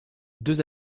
deux